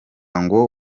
ngo